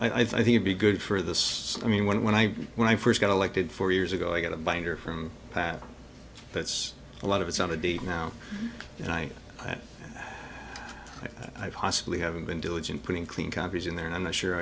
i think i'd be good for this i mean when when i when i first got elected four years ago i got a binder from pat that's a lot of us on a date now and i i possibly haven't been diligent putting clean copies in there i'm not sure